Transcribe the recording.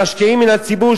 המשקיעים מן הציבור,